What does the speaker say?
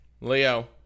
Leo